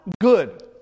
good